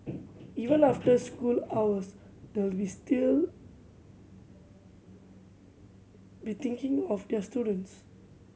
even after school hours they will still be thinking of their students